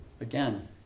Again